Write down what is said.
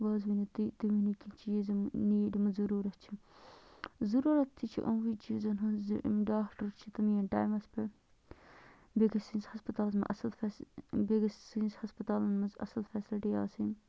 وَ حظ ؤنِو تُہۍ تُہۍ ؤنِو کیٚنٛہہ چیٖز یِم نیٖڈ یِمہٕ ضروٗرتھ چھِ ضروٗرت تہِ چھِ یِموٕے چیٖزَن ہٕنٛز زِ یِم ڈاکٹَر چھِ تم یِنۍ ٹایمَس پٮ۪ٹھ بیٚیہِ گٔژھِ سٲنِس ہَسپَتالَس منٛز اَصٕل فے بیٚیہِ گٔژھِ سٲنِس ہَسپَتالَن منٛز اَصٕل فٮ۪سَلٹی آسٕنۍ